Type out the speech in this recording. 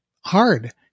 hard